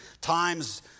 times